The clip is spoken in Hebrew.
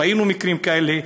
ראינו מקרים כאלה.